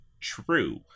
true